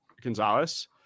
Gonzalez